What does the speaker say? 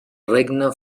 regne